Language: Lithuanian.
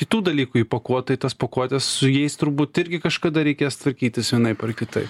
kitų dalykų įpakuota į tas pakuotes su jais turbūt irgi kažkada reikės tvarkytis vienaip ar kitai